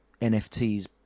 nfts